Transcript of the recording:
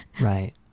Right